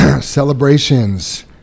Celebrations